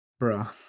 bruh